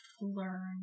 learn